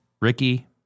Ricky